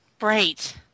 right